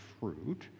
fruit